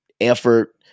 effort